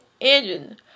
engine